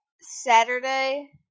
Saturday